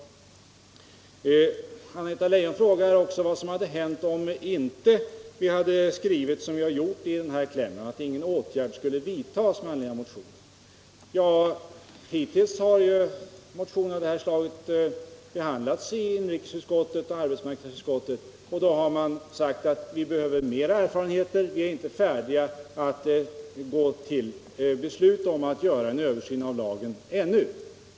Vidare frågade Anna-Greta Leijon vad som hade hänt om vi inte hade skrivit som vi gjort i klämmen, alltså att ingen åtgärd vidtas med anledning av moderatmotionerna. Ja, hittills har motioner av det här slaget behandlats i inrikesutskottet och i arbetsmarknadsutskottet, varvid utskottet sagt att vi behöver mera erfarenheter, innan beslut tas om att göra en översyn av lagen.